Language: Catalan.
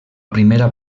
primera